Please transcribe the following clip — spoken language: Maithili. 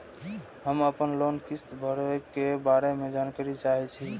हम आपन लोन किस्त भरै के बारे में जानकारी चाहै छी?